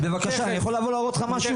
בבקשה, אני יכול לבוא להראות לך משהו?